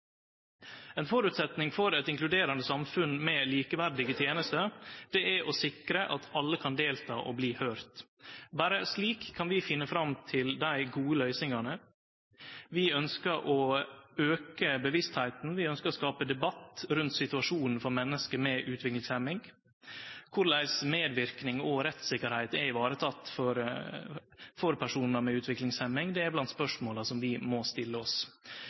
Ein føresetnad for eit inkluderande samfunn med likeverdige tenester er å sikre at alle kan delta og bli høyrde. Berre slik kan vi finne fram til dei gode løysingane. Vi ønskjer å auke bevisstheita. Vi ønskjer å skape debatt om situasjonen for menneske med utviklingshemming. Korleis medverknad og rettssikkerheit blir teke vare på for personar med utviklingshemming, er blant dei spørsmåla som vi må stille oss.